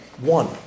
one